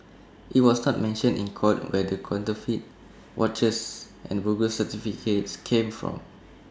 IT was not mentioned in court where the counterfeit watches and bogus certificates came from